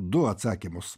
du atsakymus